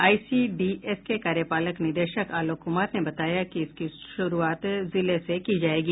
ICDS के कार्यपालक निदेशक आलोक कुमार ने बताया कि इसकी शुरूआत गया जिले से की जायेगी